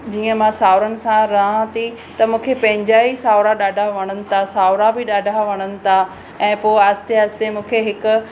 जीअं मां साउरनि सां रहिया थी त मूंखे पंहिंजा ई साउरा ॾाढा वणनि था साउरा बि ॾाढा वणनि था ऐं पो आस्ते आस्ते मूंखे हिकु